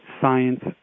science